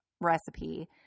recipe